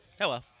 Hello